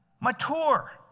mature